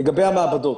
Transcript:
לגבי המעבדות